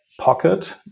Pocket